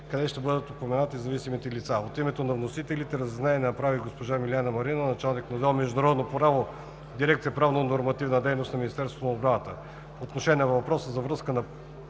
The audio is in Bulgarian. „къде ще бъдат упоменати зависимите лица?“. От името на вносителите разяснения направи госпожа Милена Маринова – началник на отдел „Международно право“ в дирекция „Правно-нормативна дейност“ на Министерство на отбраната. По отношение на въпроса за връзката